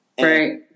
Right